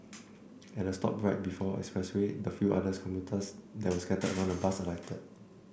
at the stop right before the expressway the few other commuters that were scattered around the bus alighted